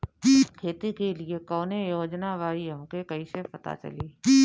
खेती के लिए कौने योजना बा ई हमके कईसे पता चली?